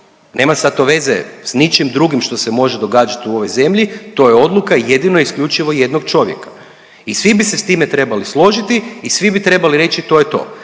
Nema sad to veze s ničim drugim što se može događat u ovoj zemlji, to je odluka jedino i isključivo jednog čovjeka i svi bi se s time trebali složiti i svi bi trebali reći to je to.